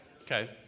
Okay